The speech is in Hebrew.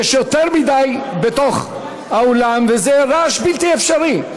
יש יותר מדי בתוך האולם וזה רעש בלתי אפשרי.